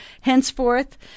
Henceforth